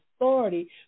authority